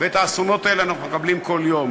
ואת האסונות האלה אנחנו מקבלים כל יום.